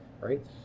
Right